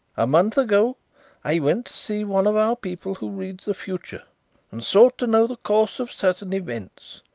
a month ago i went see one of our people who reads the future and sought to know the course of certain events.